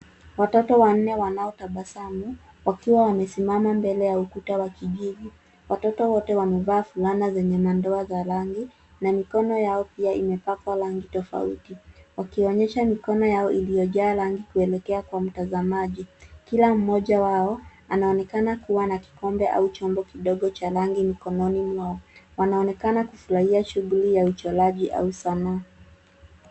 Watoto wanne wanaotabasamu, wakiwa wamesimama mbele ya ukuta wa kijivu. Watoto wote wamevaa fulana zenye madoa ya rangi, na mikono yao pia imepakwa rangi tofauti. Wakionyesha mikono yao iliyojaa rangi kuelekea kwa mtazamaji, kila mmoja wao anaonekana kuwa na kikombe au chombo kidogo cha rangi mkononi mwake. Wanaonekana kufurahia shughuli ya uchoraji au sanaa.